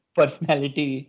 personality